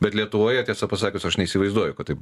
bet lietuvoje tiesą pasakius aš neįsivaizduoju kad taip